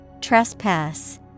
Trespass